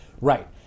Right